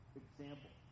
example